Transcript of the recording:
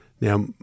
Now